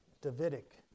Davidic